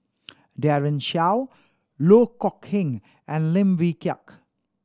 Daren Shiau Loh Kok Heng and Lim Wee Kiak